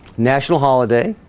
national holiday,